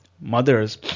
mothers